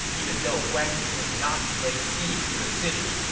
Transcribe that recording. even though guan yu has not laid siege to the city,